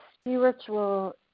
spiritual